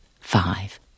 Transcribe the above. five